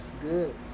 good